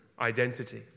identity